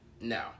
no